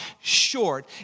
short